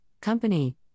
Company